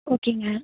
ஓகேங்க